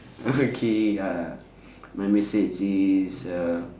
okay my message is uh